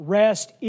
rest